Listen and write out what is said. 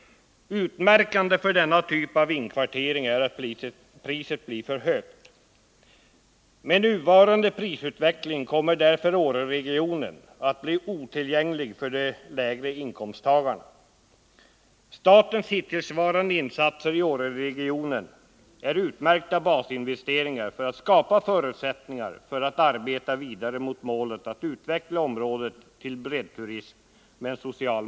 Utmärkande för denna typ av inkvartering är att priset blir för högt. Med nuvarande prisutveckling kommer därför Åreregionen att bli otillgänglig för de lägre inkomsttagarna. Statens hittillsvarande insatser i Åreregionen är utmärkta basinvesteringar som kan skapa förutsättningar för att man kan arbeta vidare mot den sociala målsättningen att utveckla området för en breddturism.